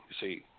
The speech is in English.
see